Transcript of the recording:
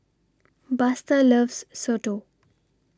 Buster loves Soto